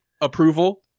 approval